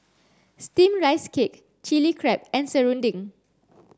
steamed rice cake Chilli Crab and Serunding